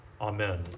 Amen